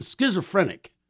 schizophrenic